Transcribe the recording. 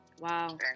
Wow